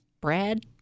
Brad